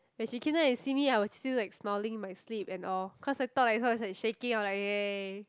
when she came down and see me I was still like smiling in my sleep and all cause I thought like I'm like shaking I'm like yay